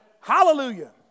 Hallelujah